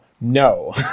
no